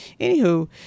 Anywho